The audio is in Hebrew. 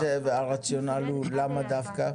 וזה הרציונל הוא למה דווקא?